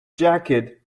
jacket